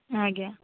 ଆଜ୍ଞା